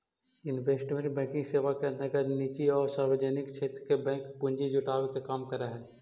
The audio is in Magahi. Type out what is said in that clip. इन्वेस्टमेंट बैंकिंग सेवा के अंतर्गत निजी आउ सार्वजनिक क्षेत्र के बैंक पूंजी जुटावे के काम करऽ हइ